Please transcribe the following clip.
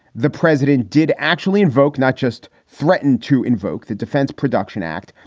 the president did actually invoke not just threaten to invoke the defense production act.